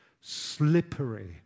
slippery